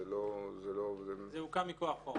זה הוקם מכוח חוק.